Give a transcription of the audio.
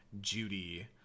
Judy